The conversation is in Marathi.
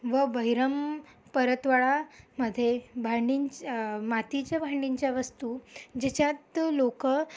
व बहिरम परतवाडा मधे भांडीच मातीच्या भांडीच्या वस्तू ज्याच्यात लोक